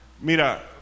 mira